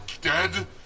dead